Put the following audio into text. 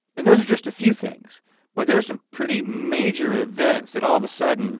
and those are just a few things but there are some pretty major events that all of a sudden